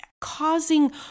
causing